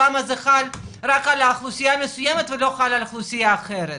למה זה חל דווקא רק על אוכלוסייה מסוימת ולא על אוכלוסייה אחרת,